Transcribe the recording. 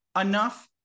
enough